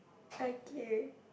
okay